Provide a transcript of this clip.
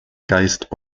geist